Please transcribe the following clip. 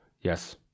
yes